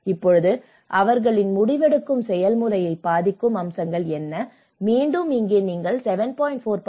இப்போது அவர்களின் முடிவெடுக்கும் செயல்முறையை பாதிக்கும் அம்சங்கள் என்ன மீண்டும் இங்கே நீங்கள் 7